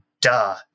duh